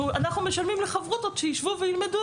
ואנחנו משלמים לחברותות שישבו וילמדו